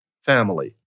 family